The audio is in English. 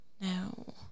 no